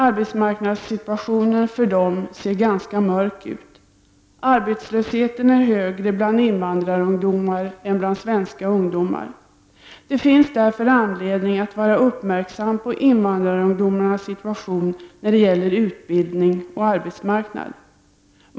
Arbetsmarknadssituationen för dem ser ganska mörk ut. Arbetslösheten är högre bland invandrarungdomar än bland svenska ungdomar. Det finns därför anledning att vara uppmärksam på invandrarungdomarnas situation när det gäller utbildning och arbetsmarknad.